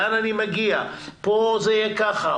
לאן אני מגיע: פה זה יהיה כך,